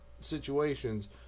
situations